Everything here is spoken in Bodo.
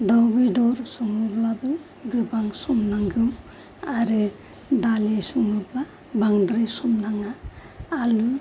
दाउ बेदर सङोब्लाबो गोबां सम नांगौ आरो दालि सङोब्ला बांद्राय सम नाङा आलु